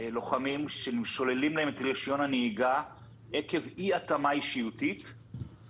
לוחמים ששוללים להם את רישיון הנהיגה עקב אי התאמה אישיותית,